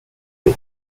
are